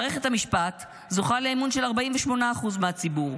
מערכת המשפט זוכה לאמון של 48% מהציבור,